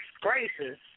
gracious